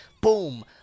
Boom